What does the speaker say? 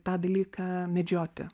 tą dalyką medžioti